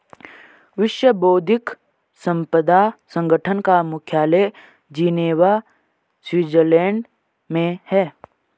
विश्व बौद्धिक संपदा संगठन का मुख्यालय जिनेवा स्विट्जरलैंड में है